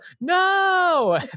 no